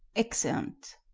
exeunt